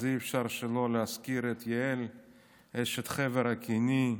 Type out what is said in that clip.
אז אי-אפשר שלא להזכיר את יעל אשת חבר הקיני,